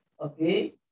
Okay